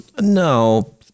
No